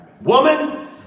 Woman